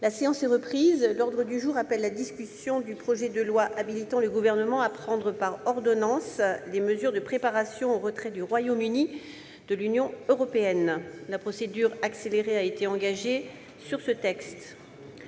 La séance est reprise. L'ordre du jour appelle la discussion du projet de loi habilitant le Gouvernement à prendre par ordonnances les mesures de préparation au retrait du Royaume-Uni de l'Union européenne (projet n° 9, texte